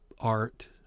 art